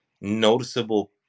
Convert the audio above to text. noticeable